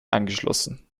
angeschlossen